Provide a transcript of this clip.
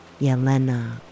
Yelena